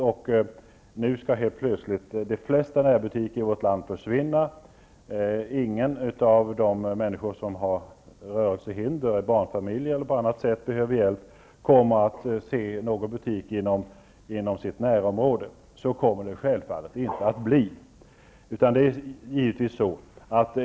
Men nu skall helt plötsligt de flesta närbutikerna i vårt land försvinna, och inga människor som har rörelsehinder, barnfamiljer eller andra människor som behöver hjälp kommer att se någon butik inom sitt närområde. Det kommer självfallet inte att bli på det sättet.